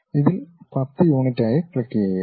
ഇതിൽ 10 യൂണിറ്റായി ക്ലിക്കുചെയ്യുക